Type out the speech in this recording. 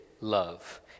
love